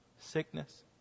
Sickness